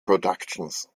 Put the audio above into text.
productions